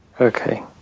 okay